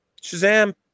Shazam